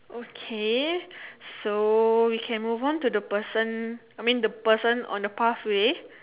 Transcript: okay so we can move on to the person I mean the person on the path way